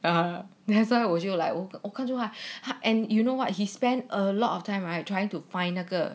um that's why 我看著他 and you know [what] he spent a lot of time right trying to find 那个